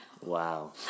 Wow